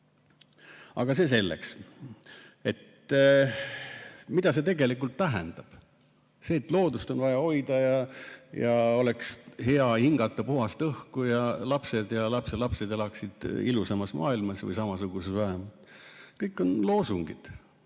Aga see selleks. Mida see tegelikult tähendab? See, et loodust on vaja hoida ja et oleks hea hingata puhast õhku ja et lapsed ja lapselapsed elaksid ilusamas või vähemalt samasuguses maailmas – need kõik on loosungid.